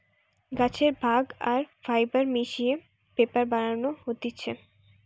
গাছের ভাগ আর ফাইবার মিশিয়ে পেপার বানানো হতিছে